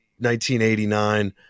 1989